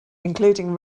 including